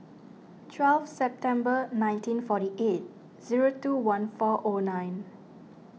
twelve September nineteen forty eight zero two one four O nine